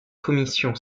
commission